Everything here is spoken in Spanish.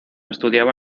estudiaba